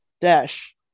Dash